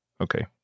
okay